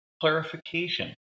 clarification